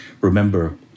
remember